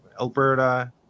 Alberta